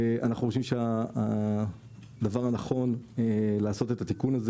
אנחנו חושבים שהדבר הנכון לעשות את התיקון הזה